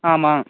ஆமாம்